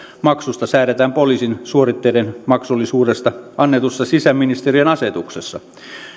maksusta säädetään poliisin suoritteiden maksullisuudesta annetussa sisäministeriön asetuksessa